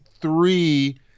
three